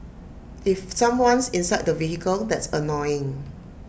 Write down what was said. if someone's inside the vehicle that's annoying